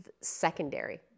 secondary